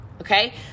okay